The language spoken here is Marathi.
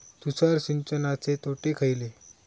तुषार सिंचनाचे तोटे खयले?